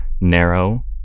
narrow